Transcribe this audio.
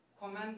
comment